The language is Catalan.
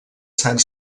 sant